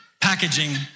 packaging